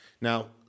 Now